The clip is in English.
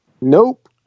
Nope